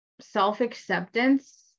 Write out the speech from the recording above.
self-acceptance